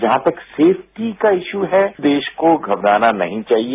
जहां तक सेफ्टी का इस्यू रै देश को घबराना नहीं चाहिए